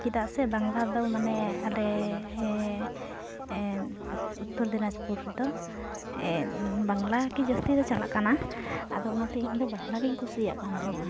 ᱪᱮᱫᱟᱜ ᱥᱮ ᱵᱟᱝᱞᱟᱫᱚ ᱢᱟᱱᱮ ᱟᱞᱮ ᱩᱛᱛᱚᱨ ᱫᱤᱱᱟᱡᱽᱯᱩᱨ ᱨᱮᱫᱚ ᱵᱟᱝᱞᱟᱜᱮ ᱡᱟᱹᱥᱛᱤ ᱫᱚ ᱪᱟᱞᱟᱜ ᱠᱟᱱᱟ ᱟᱫᱚ ᱚᱱᱟᱛᱮ ᱤᱧᱫᱚ ᱵᱟᱝᱞᱟᱜᱤᱧ ᱠᱩᱥᱤᱭᱟᱜᱠᱟᱱ ᱛᱟᱦᱮᱱᱚᱜᱼᱟ